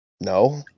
no